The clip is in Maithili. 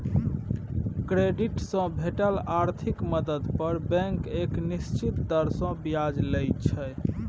क्रेडिट से भेटल आर्थिक मदद पर बैंक एक निश्चित दर से ब्याज लइ छइ